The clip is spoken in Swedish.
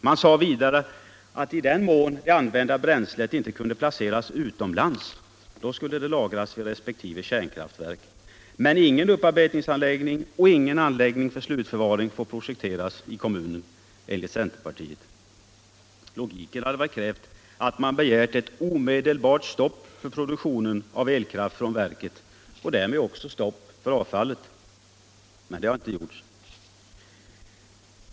Man sade vidare att i den mån det använda bränslet inte kunde placeras utomlands skulle det lagras vid resp. kärnkraftverk. Men ingen upparbetningsanläggning och ingen anläggning för slutförvaring får projekteras i kommunen enligt centerpartiet. Logiken hade krävt att man hade begärt ett omedelbart stopp för produktionen av elkraft från verket och därmed också stopp för avfallet. Men det har inte gjorts.